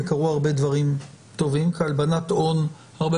וקרו הרבה דברים טובים כי הלבנת היא הרבה